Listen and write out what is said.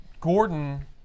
Gordon